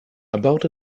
about